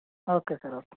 okay sir okay